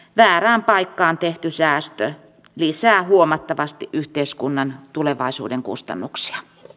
väärään paikkaan tehty säästö lisää huomattavasti yhteiskunnan tulevaisuuden kustannuksia